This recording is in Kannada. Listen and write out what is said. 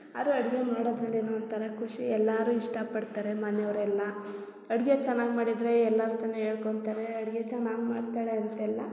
ಆದ್ರು ಅಡುಗೆ ಮಾಡೋದ್ರಲ್ಲಿ ಏನೋ ಒಂಥರ ಖುಷಿ ಎಲ್ಲರೂ ಇಷ್ಟಪಡ್ತಾರೆ ಮನೆಯವ್ರೆಲ್ಲ ಅಡುಗೆ ಚೆನ್ನಾಗಿ ಮಾಡಿದರೆ ಎಲ್ಲಾರ ಹತ್ರನ ಹೇಳ್ಕೊಂತರೆ ಅಡುಗೆ ಚೆನ್ನಾಗಿ ಮಾಡ್ತಾಳೆ ಅಂತೆಲ್ಲ